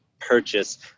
purchase